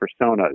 personas